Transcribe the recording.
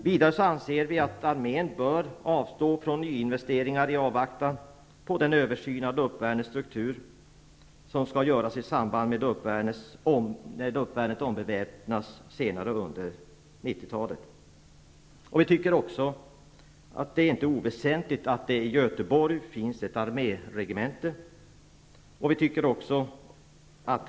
Vi anser vidare att armén bör avstå från nyinvesteringar i avvaktan på den översyn av luftvärnets struktur som skall göras i samband med att luftvärnet ombeväpnas senare under 1990-talet. Vi tycker också att det inte är oväsentligt att det finns ett arméregemente i Göteborg.